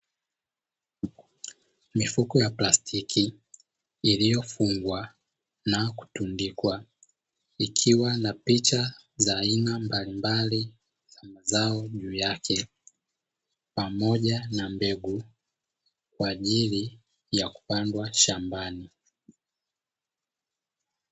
Mifuko ya plastiki iliyo fungwa na kutundikwa ikiwa na picha za aina mbalimbali za mazao juu yake pamoja na mbegu kwa ajili ya kupandwa shambani.